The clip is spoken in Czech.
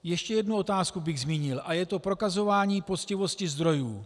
Ještě jednu otázku bych zmínil, je to prokazování poctivosti zdrojů.